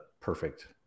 perfect